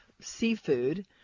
seafood